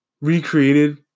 recreated